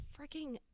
freaking